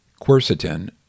Quercetin